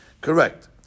correct